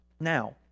Now